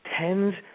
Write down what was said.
tends